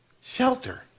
shelter